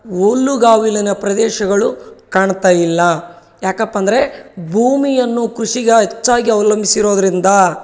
ಹುಲ್ಲುಗಾವಲಿನ ಪ್ರದೇಶಗಳು ಕಾಣ್ತಾ ಇಲ್ಲ ಯಾಕಪ್ಪ ಅಂದರೆ ಭೂಮಿಯನ್ನು ಕೃಷಿಗೆ ಹೆಚ್ಚಾಗಿ ಅವಲಂಬಿಸಿರೋದ್ರಿಂದ